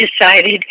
decided